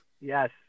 Yes